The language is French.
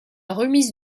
remise